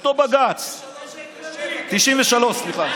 אותו בג"ץ, 1993. 1993, סליחה.